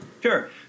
Sure